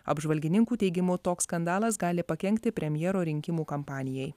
apžvalgininkų teigimu toks skandalas gali pakenkti premjero rinkimų kampanijai